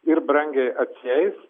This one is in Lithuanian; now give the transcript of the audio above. ir brangiai atsieis